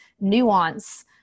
nuance